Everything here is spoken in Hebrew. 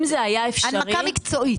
הנמקה מקצועית.